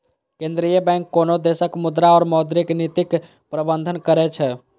केंद्रीय बैंक कोनो देशक मुद्रा और मौद्रिक नीतिक प्रबंधन करै छै